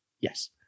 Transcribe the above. yes